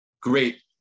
great